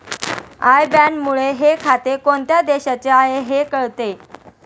I बॅनमुळे हे खाते कोणत्या देशाचे आहे हे कळते